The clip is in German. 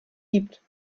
gibt